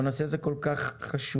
אבל הנושא הזה כל כך חשוב,